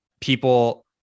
people